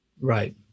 right